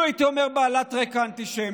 הייתי אומר אפילו בעלת רקע אנטישמי,